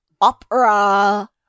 opera